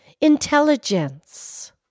intelligence